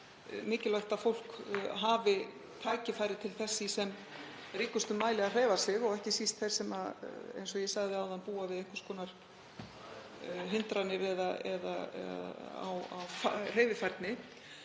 mikilvægt að fólk hafi tækifæri til þess í sem ríkustum mæli að hreyfa sig, og ekki síst þeir sem búa við einhvers konar hindranir á hreyfifærni.